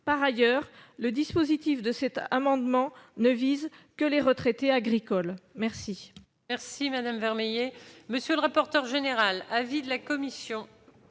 Par ailleurs, le dispositif de cet amendement ne vise que les retraités agricoles. Quel